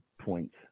points